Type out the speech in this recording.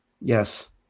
Yes